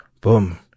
boom